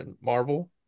Marvel